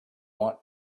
want